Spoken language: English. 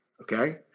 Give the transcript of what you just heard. okay